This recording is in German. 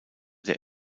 der